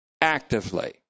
actively